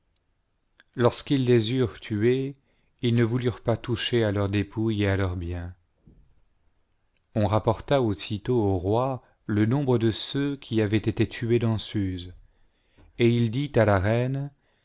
lorsqu'ils les eurent tués ils ne voulurent pas toucher à leurs dépouilles et à leur bien on rapporta aussitôt au roi le nombre de ceux qui avaient été tué danseuses et il dit à la reine